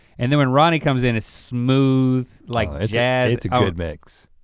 and then when ronnie comes in, it's smooth, like jazz it's a good mix.